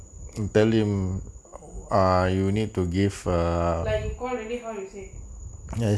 like you call already how you say